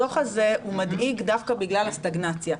הדו"ח הזה מדאיג דווקא בגלל הסטגנציה.